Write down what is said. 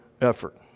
effort